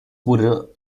wurde